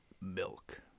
Milk